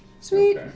Sweet